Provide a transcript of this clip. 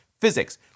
physics